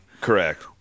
Correct